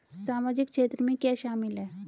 सामाजिक क्षेत्र में क्या शामिल है?